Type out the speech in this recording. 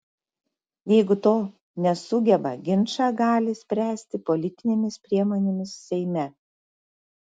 jeigu to nesugeba ginčą gali spręsti politinėmis priemonėmis seime